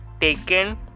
taken